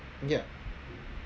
ya